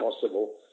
possible